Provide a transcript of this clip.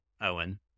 Owen